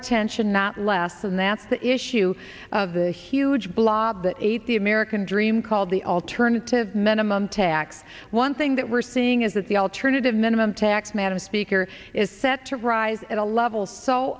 attention not less and that the issue of the huge blob that ate the american dream called the alternative minimum tax one thing that we're seeing is that the alternative minimum tax man and speaker is set to rise at a level so